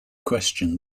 question